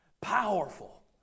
powerful